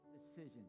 decision